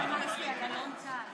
אני בטעות לחצתי על אלון טל.